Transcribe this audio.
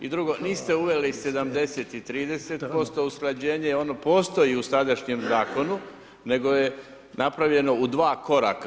I drugo, niste uveli 70 i 30% usklađenje, ono postoji u sadašnjem zakonu nego je napravljeno u 2 koraka.